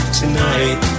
tonight